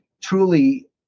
truly